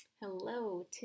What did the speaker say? Hello